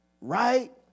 Right